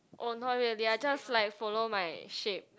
oh not really I just like follow my shape